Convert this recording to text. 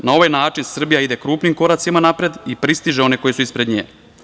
Na ovaj način Srbija ide krupnim koracima napred i pristiže one koji su ispred nje.